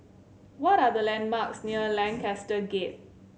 what are the landmarks near Lancaster Gate